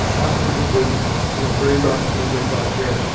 africans with you know very dark skin, very dark hair,